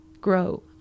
grow